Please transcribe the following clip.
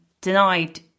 denied